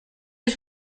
was